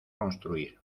construir